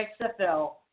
XFL